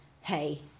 Hey